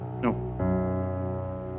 No